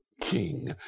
king